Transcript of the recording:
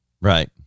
right